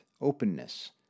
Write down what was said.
openness